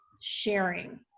sharing